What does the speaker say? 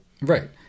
Right